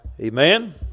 amen